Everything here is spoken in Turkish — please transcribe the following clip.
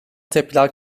tepkiler